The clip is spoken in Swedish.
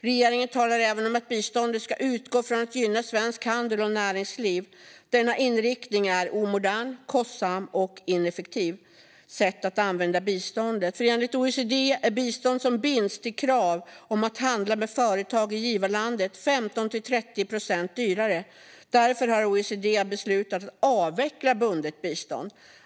Regeringen talar även om att biståndet ska utgå från möjligheten att gynna svensk handel och näringsliv. Denna inriktning är ett omodernt, kostsamt och ineffektivt sätt att använda bistånd. Enligt OECD är bistånd som binds till krav på att handla med företag i givarlandet 15-30 procent dyrare, och därför har OECD beslutat att avveckla bundet bistånd.